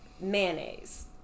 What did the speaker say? mayonnaise